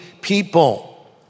people